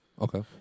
Okay